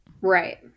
right